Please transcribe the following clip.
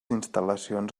instal·lacions